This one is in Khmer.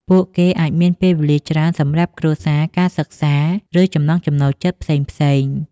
ពួកគេអាចមានពេលវេលាច្រើនសម្រាប់គ្រួសារ ការសិក្សា ឬចំណង់ចំណូលចិត្តផ្សេងៗ។